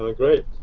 ah great.